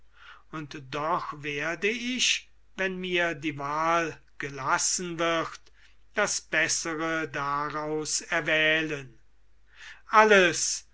und doch werde ich wenn mir die wahl gelassen wird das bessere daraus erwählen alles